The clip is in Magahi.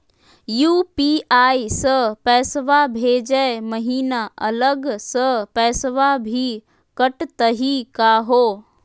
यू.पी.आई स पैसवा भेजै महिना अलग स पैसवा भी कटतही का हो?